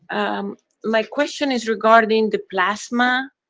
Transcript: um like question is regarding the plasma.